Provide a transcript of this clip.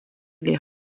les